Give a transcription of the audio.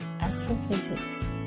Astrophysics